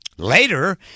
Later